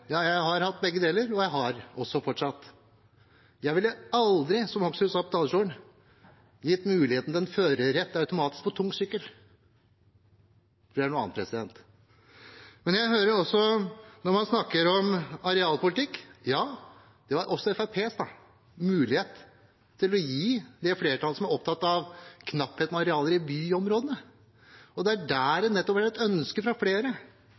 Jeg har hatt begge deler, og jeg har det også fortsatt. Jeg ville aldri, som Hoksrud sa på talerstolen, gitt mulighet til automatisk førerrett for tung sykkel. Det er noe annet. Jeg hører også at man snakker om arealpolitikk – man er opptatt av knapphet på arealer i byområdene. Ja, Fremskrittspartiet vil også ha mulighet til å legge til rette for MC-er i byområdene. Det er et ønske fra flere.